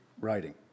writing